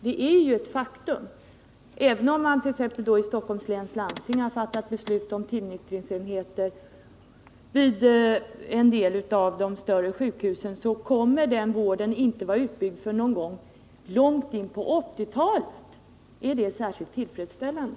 Det är ju ett faktum att så inte sker. Även om man t.ex. i Stockholms läns landsting har fattat beslut om att inrätta tillnyktringsenheter vid en del av de större sjukhusen, kommer denna vård inte att vara utbyggd förrän någon gång långt in på 1980-talet. Är det särskilt tillfredsställande?